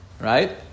Right